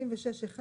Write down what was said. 76.1,